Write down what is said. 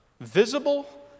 Visible